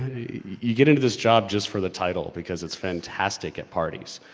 you get into this job just for the title because it's fantastic at parties.